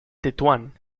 tetuán